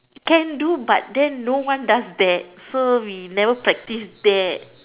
can do but then no one does that so we never practice that